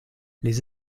les